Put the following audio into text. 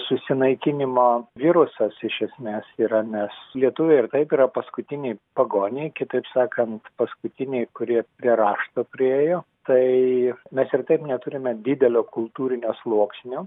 susinaikinimo virusas iš esmės yra nes lietuviai ir taip yra paskutiniai pagoniai kitaip sakant paskutiniai kurie prie rašto priėjo tai mes ir taip neturime didelio kultūrinio sluoksnio